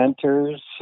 centers